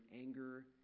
anger